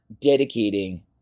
dedicating